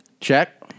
Check